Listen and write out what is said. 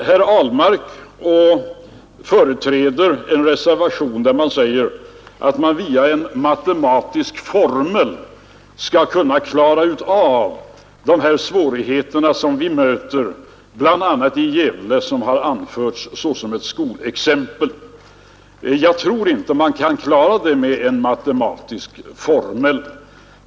Herr Ahlmark företräder en reservation där det heter att man via en matematisk formel skall kunna klara av de svårigheter som vi möter bl.a. i Gävle, som har anförts såsom ett skolexempel. Jag tror inte man kan klara det med en matematisk formel.